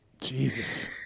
Jesus